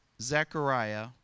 Zechariah